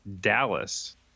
Dallas